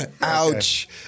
Ouch